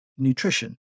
nutrition